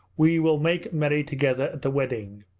we will make merry together at the wedding